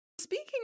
Speaking